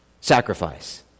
sacrifice